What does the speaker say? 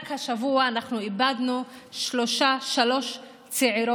רק השבוע אנחנו איבדנו שלוש צעירות